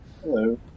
Hello